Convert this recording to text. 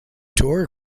tour